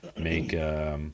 make